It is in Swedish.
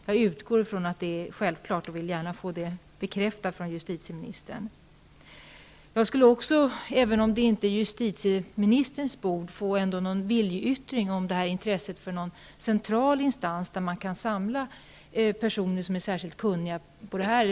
Jag utgår från att det är självklart att föreningen deltar i arbetet, men jag vill gärna få det bekräftat från justitieministern. Jag skulle också, även om det inte är justitieministerns bord, vilja få en viljeyttring om tanken på en central instans, där man kan samla personer som är särskilt kunniga på detta område.